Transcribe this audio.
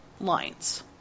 lines